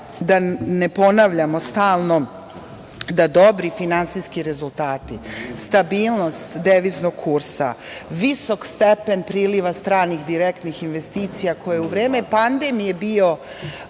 da ne ponavljamo stalno da dobri finansijski rezultati, stabilnost deviznog kursa, visok stepen priliva stranih direktnih investicija, koje je u vreme pandemije bio